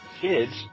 kids